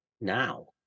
now